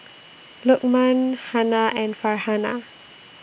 Lukman Hana and Farhanah